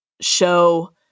show